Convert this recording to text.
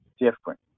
different